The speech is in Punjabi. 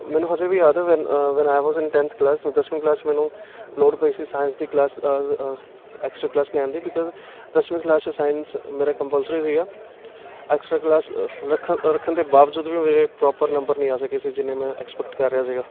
ਮੈਨੂੰ ਅਜੇ ਵੀ ਯਾਦ ਹੈ when when I was in tenth class ਮੈਂ ਦਸਵੀਂ ਕਲਾਸ 'ਚ ਮੈਨੂੰ ਲੋੜ ਪਈ ਸੀ ਸਾਇੰਸ ਦੀ ਕਲਾਸ ਐਕਸਟਰਾ ਕਲਾਸ ਲੈਣ ਦੀ ਬੀਕੌਜ਼ ਦਸਵੀਂ ਕਲਾਸ 'ਚ ਸਾਇੰਸ ਮੇਰਾ ਕੰਪਲਸਰੀ ਸੀਗਾ ਐਕਸਟਰਾ ਕਲਾਸ ਰੱਖਣ ਰੱਖਣ ਦੇ ਬਾਵਜੂਦ ਵੀ ਮੇਰੇ ਪ੍ਰੋਪਰ ਨੰਬਰ ਨਹੀਂ ਆ ਸਕੇ ਸੀ ਜਿੰਨੇ ਮੈਂ ਐਕਸਪੈਕਟ ਕਰ ਰਿਹਾ ਸੀਗਾ